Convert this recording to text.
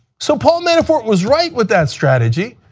so paul manafort was right with that strategy,